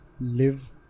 live